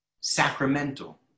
sacramental